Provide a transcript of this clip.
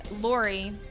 Lori